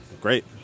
great